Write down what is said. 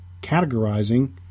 categorizing